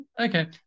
Okay